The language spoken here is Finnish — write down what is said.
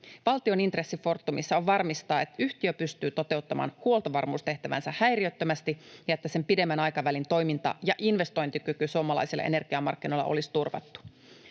Valtion intressi Fortumissa on varmistaa, että yhtiö pystyy toteuttamaan huoltovarmuustehtävänsä häiriöttömästi ja että sen pidemmän aikavälin toiminta ja investointikyky suomalaisilla energiamarkkinoilla olisi turvattu.